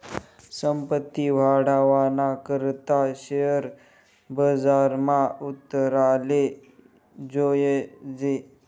संपत्ती वाढावाना करता शेअर बजारमा उतराले जोयजे